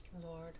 Lord